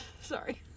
sorry